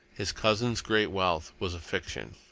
his cousin's great wealth was a fiction.